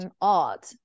art